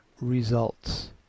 results